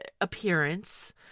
appearance